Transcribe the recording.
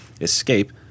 escape